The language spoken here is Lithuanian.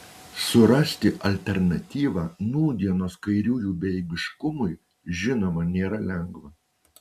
surasti alternatyvą nūdienos kairiųjų bejėgiškumui žinoma nėra lengva